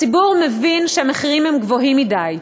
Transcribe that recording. הציבור מבין שהמחירים גבוהים מדי.